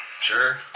Sure